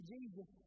Jesus